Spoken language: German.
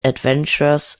adventures